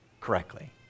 correctly